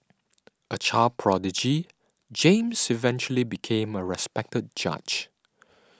a child prodigy James eventually became a respected judge